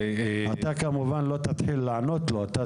ואתה כמובן לא תתחיל לענות לו אישית,